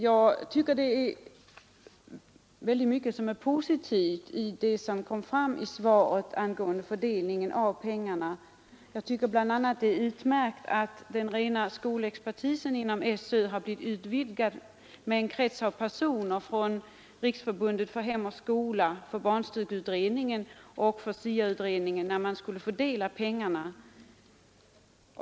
Jag tycker att mycket är positivt av det som framgår av svaret angående fördelningen av pengarna. Bl. a. är det utmärkt att den rena skolexpertisen inom SÖ utvidgades med en grupp av personer från Riksförbundet Hem och skola, barnstugeutredningen och SIA-utredningen när pengarna skulle fördelas.